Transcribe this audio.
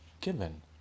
given